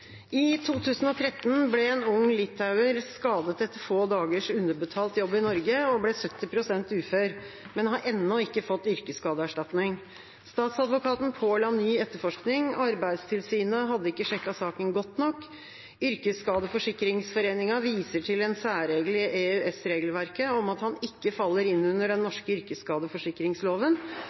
ble 70 pst. ufør, men har ennå ikke fått yrkesskadeerstatning. Statsadvokaten påla ny etterforskning. Arbeidstilsynet hadde ikke sjekket saken godt nok. Yrkesskadeforsikringsforeningen viser til en særregel i EØS-regelverket om at han ikke faller inn under den norske yrkesskadeforsikringsloven.